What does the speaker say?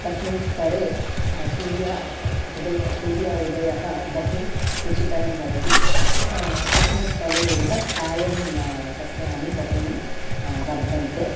तस्मिन् स्तरे सूर्य उदयः सूर्य उदयः बहुरुचिकरः भवति तस्मिन् स्थले एव चायं सस्यानि बहूनि वर्धन्ते